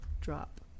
drop